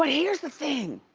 but here's the thing,